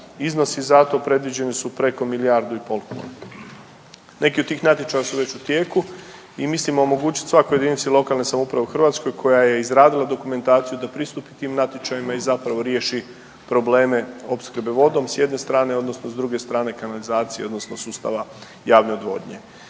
Iznosi za to predviđeni su preko milijardu i pol kuna. Neki od tih natječaja su već u tijeku i mislimo omogućiti svakoj JLS u Hrvatskoj koja je izradili dokumentaciju da pristupi tim natječajima i zapravo riješi probleme opskrbe vodom s jedne strane odnosno s druge strane kanalizacije odnosno sustava javne odvodnje.